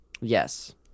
Yes